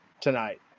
tonight